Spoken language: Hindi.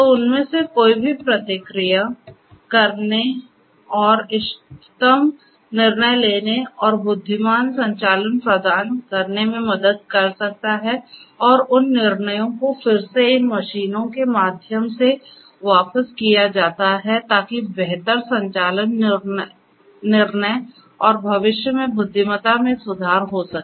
तो उनमें से कोई भी प्रतिक्रिया करने और इष्टतम निर्णय लेने और बुद्धिमान संचालन प्रदान करने में मदद कर सकता है और उन निर्णयों को फिर से इन मशीनों के माध्यम से वापस किया जाता है ताकि बेहतर संचालन निर्णय और भविष्य में बुद्धिमत्ता में सुधार हो सके